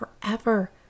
forever